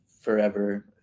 forever